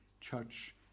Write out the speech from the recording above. church